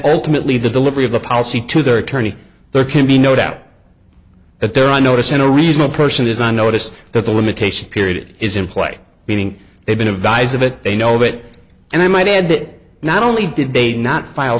ultimately the delivery of the policy to their attorney there can be no doubt at their i notice in a reasonable person is on notice that the limitation period is in play meaning they've been advised of it they know it and i might add that not only did they not file